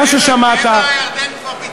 אני יודע ששמעת, בעבר הירדן כבר ויתרנו.